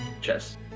chess